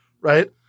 right